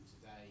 today